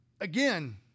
Again